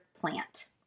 plant